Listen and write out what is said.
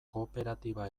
kooperatiba